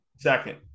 Second